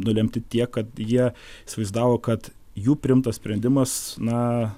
nulemti tiek kad jie įsivaizdavo kad jų priimtas sprendimas na